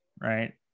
right